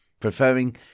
Preferring